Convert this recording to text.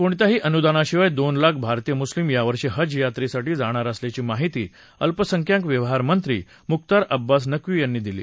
कोणत्याही अनुदानाशिवाय दोन लाख भारतीय मुस्लीम यावर्षी हज यात्रेसाठी जाणार असल्याची माहिती अल्पसंख्याक व्यवहारमंत्री मुख्तार अब्बास नक्वी यांनी दिली